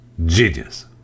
genius